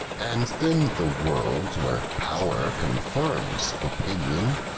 and in the world where pow'r contirms opinion,